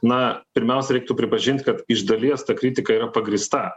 na pirmiausia reiktų pripažint kad iš dalies ta kritika yra pagrįsta